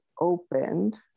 opened